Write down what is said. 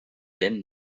lent